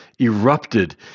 erupted